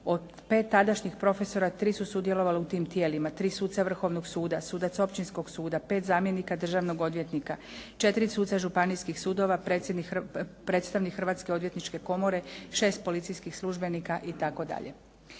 Od pet tadašnjih profesora tri su sudjelovala u tim tijelima, tri suca Vrhovnog suda, sudac Općinskog suda, pet zamjenika državnog odvjetnika, četiri suca županijskih sudova, predstavnik Hrvatske odvjetničke komore, 6 policijskih službenika itd.